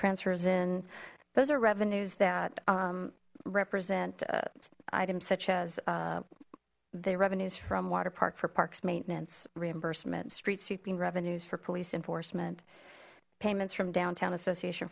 transfers in those are revenues that represent items such as the revenues from water park for parks maintenance reimbursement street sweeping revenues for police enforcement payments from downtown association